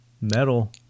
metal